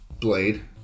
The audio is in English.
Blade